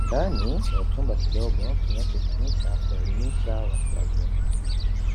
Ndani ya chumba kidogo kinachotumika kuelimisha watu,